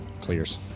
Clears